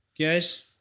guys